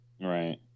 Right